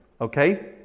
Okay